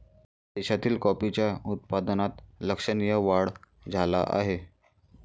देशातील कॉफीच्या उत्पादनात लक्षणीय वाढ झाला आहे